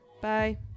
bye